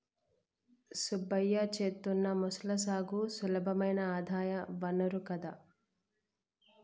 సుబ్బయ్య చేత్తున్న మొసళ్ల సాగు సులభమైన ఆదాయ వనరు కదా